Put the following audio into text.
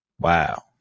wow